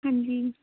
ਹਾਂਜੀ